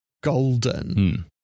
golden